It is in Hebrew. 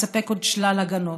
ומספק עוד שלל הגנות.